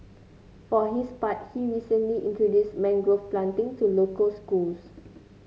for his part he recently introduced mangrove planting to local schools